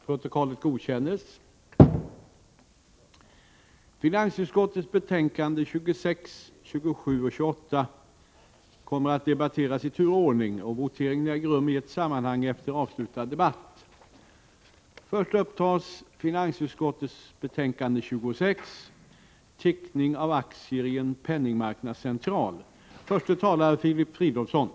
Utbildningsutskottets betänkanden 24 och 27 kommer att debatteras i tur och ordning. Voteringarna äger rum i ett sammanhang efter avslutad debatt. Först upptas alltså utbildningsutskottets betänkande 24 om vissa för den grundläggande högskoleutbildningen gemensamma frågor m.m.